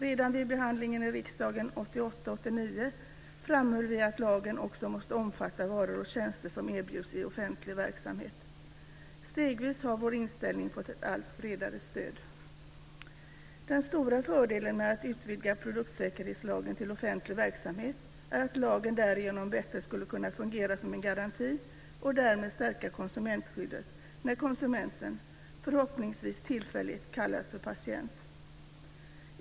Redan vid behandlingen i riksdagen 1988/89 framhöll vi att lagen också måste omfatta varor och tjänster som erbjuds i offentlig verksamhet. Stegvis har vår inställning fått ett allt bredare stöd. Den stora fördelen med att utvidga produktsäkerhetslagen till offentlig verksamhet är att lagen därigenom bättre skulle kunna fungera som en garanti och därmed stärka konsumentskyddet när konsumenten, förhoppningsvis tillfälligt, kallas för patient.